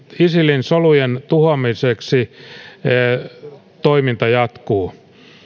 isilin solujen tuhoamiseksi jatkuu